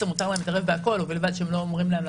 מותר להם להתערב בכול ובלבד שהם לא אומרים להם